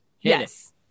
Yes